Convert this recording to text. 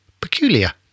peculiar